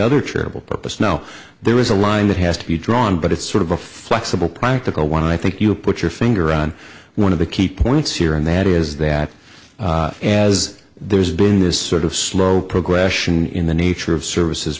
other charitable purpose now there is a line that has to be drawn but it's sort of a flexible practical one and i think you put your finger on one of the key points here and that is that as there's been this sort of slow progression in the nature of services